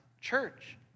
church